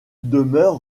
demeure